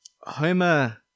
Homer